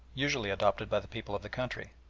usually adopted by the people of the country.